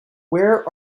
where